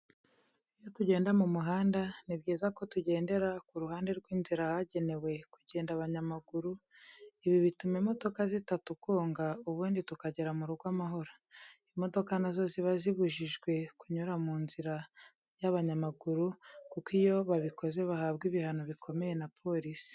Iyo tugenda mu muhanda, ni byiza ko tugendera ku ruhande rw’inzira ahagenewe kugenda abanyamaguru, ibi bituma imodoka zitatugonga ubundi tukagera mu rugo amahoro. Imodoka na zo ziba zibujijwe kunyura ku nzira y'abanyamaguru kuko iyo babikoze bahabwa ibihano bikomeye na polisi.